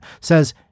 says